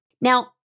Now